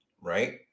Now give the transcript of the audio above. right